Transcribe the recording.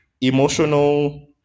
emotional